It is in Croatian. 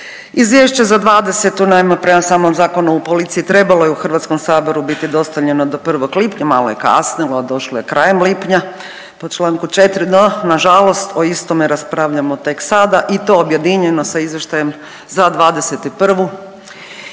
Izvješća za 2020. naime prema samom Zakonu o policiji trebalo je u Hrvatskom saboru biti dostavljeno do 1. lipnja malo je kasnilo, došlo je krajem lipnja po članku 4. No na žalost o istome raspravljamo tek sada i to objedinjeno sa Izvještajem za 2021.